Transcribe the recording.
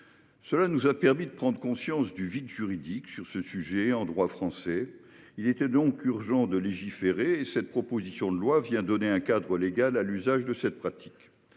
Cela nous a permis de prendre conscience du vide juridique existant en droit français sur ce sujet. Il était donc urgent de légiférer et cette proposition de loi vient donner un cadre légal à l'usage de cette pratique.